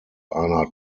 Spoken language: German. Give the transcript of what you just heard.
einer